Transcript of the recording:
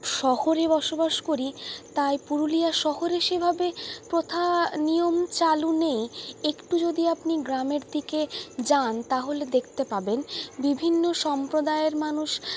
শহরে বসবাস করি তাই পুরুলিয়া শহরে সেভাবে প্রথা নিয়ম চালু নেই একটু যদি আপনি গ্রামের দিকে যান তাহলে দেখতে পাবেন বিভিন্ন সম্প্রদায়ের মানুষ